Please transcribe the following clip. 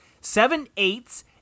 Seven-eighths